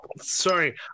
Sorry